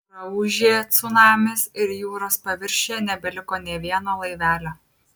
praūžė cunamis ir jūros paviršiuje nebeliko nė vieno laivelio